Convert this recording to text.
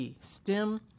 STEM